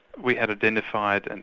we had identified, and